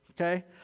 okay